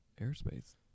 airspace